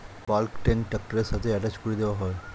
bulk tank ট্র্যাক্টরের সাথে attach করে দেওয়া হয়